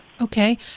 Okay